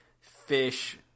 fish